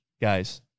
guys